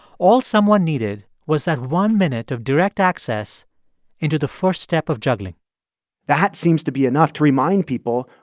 all someone needed was that one minute of direct access into the first step of juggling that seems to be enough to remind people,